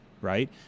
right